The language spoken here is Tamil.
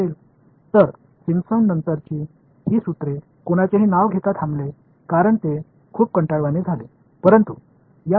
எனவே சிம்ப்சனுக்குப் பிறகு இந்த சூத்திரங்கள் பெயரிடப்படவில்லை ஏனெனில் அது மிகவும் சலிப்பை ஏற்படுத்தியது